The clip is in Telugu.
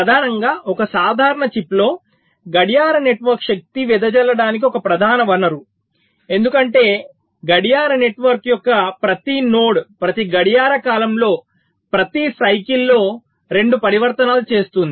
ప్రధానంగా ఒక సాధారణ చిప్లో గడియార నెట్వర్క్ శక్తి వెదజల్లడానికి ఒక ప్రధాన వనరు ఎందుకంటే గడియార నెట్వర్క్ యొక్క ప్రతి నోడ్ ప్రతి గడియార కాలంలో ప్రతి సైకిల్లో 2 పరివర్తనాలు చేస్తుంది